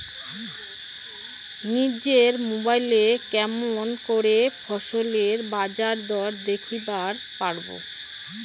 নিজের মোবাইলে কেমন করে ফসলের বাজারদর দেখিবার পারবো?